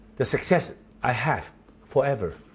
the success i have forever.